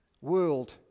world